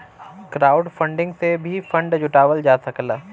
crowdfunding से भी fund जुटावल जा सकला